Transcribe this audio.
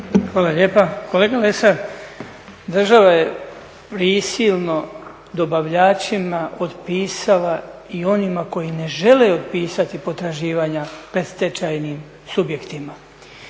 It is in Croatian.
Hvala lijepa. Kolega Lesar, država je prisilno dobavljačima otpisala i onima koji ne žele otpisati potraživanja predstečajnim subjektima